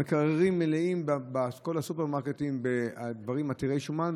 המקררים בכל הסופרמרקטים מלאים בדברים עתירי שומן,